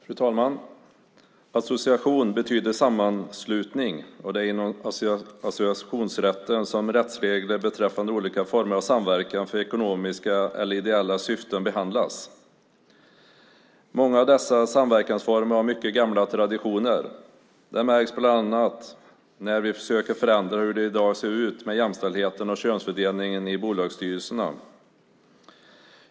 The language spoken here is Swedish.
Fru talman! Association betyder sammanslutning, och det är inom associationsrätten som rättsregler beträffande olika former av samverkan för ekonomiska eller ideella syften behandlas. Många av dessa samverkansformer har mycket gamla traditioner. Det märks bland annat när vi försöker förändra hur det i dag ser ut med jämställdheten och könsfördelningen i bolagsstyrelserna.